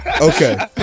Okay